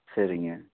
சரிங்க